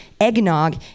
eggnog